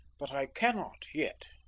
but i cannot yet.